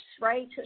right